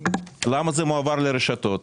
למה זה מועבר לרשתות?